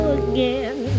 again